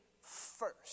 first